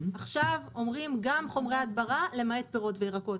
עכשיו אומרים שגם חומרי הדברה, למעט פירות וירקות.